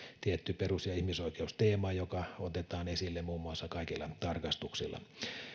tietty perus ja ihmisoikeusteema joka otetaan esille muun muassa kaikilla tarkastuksilla